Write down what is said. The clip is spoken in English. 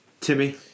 Timmy